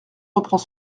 reprend